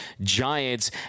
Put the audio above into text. Giants